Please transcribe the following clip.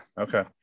Okay